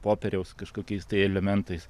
popieriaus kažkokiais tai elementais